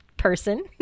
person